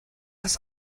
das